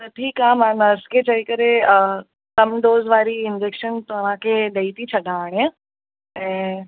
त ठीकु आहे मां नर्स के चई करे कम डोज़ वारी इंजेक्शन तव्हाखे ॾेई थी छॾा हाणे ऐं